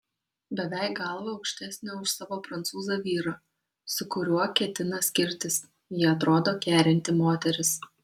beveik galva aukštesnė už savo prancūzą vyrą su kuriuo ketina skirtis ji atrodo kerinti moteris